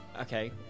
Okay